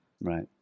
Right